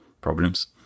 problems